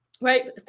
right